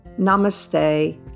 Namaste